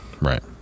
Right